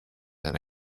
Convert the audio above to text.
and